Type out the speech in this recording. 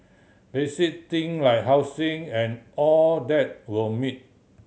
basic thing like housing and all that were meet